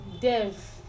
Dev